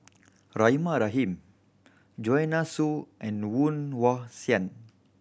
Rahimah Rahim Joanne Soo and Woon Wah Siang